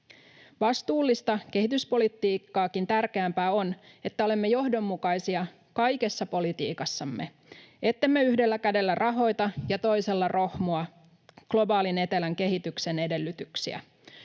Vastuullista kehityspolitiikkaakin tärkeämpää on, että olemme johdonmukaisia kaikessa politiikassamme — ettemme yhdellä kädellä rahoita ja toisella rohmua globaalin etelän kehityksen edellytyksiä.